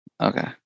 Okay